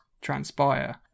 transpire